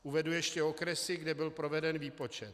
Uvedu ještě okresy, kde byl proveden výpočet.